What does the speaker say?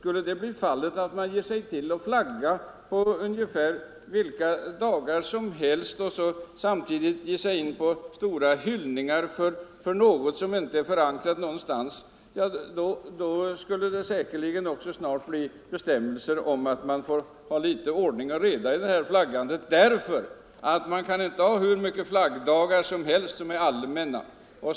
Skulle man börja flagga på ungefär vilka dagar som helst och samtidigt ge sig in på stora hyllningar för något som inte är förankrat någonstans, då skulle det säkerligen också snart bli bestämmelser om att det skall vara ordning och reda i flaggandet. Man kan inte ha hur många allmänna flaggdagar som helst.